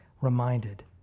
reminded